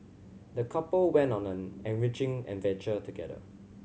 the couple went on an enriching adventure together